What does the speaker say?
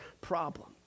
problem